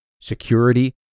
security